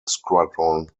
squadron